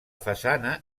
façana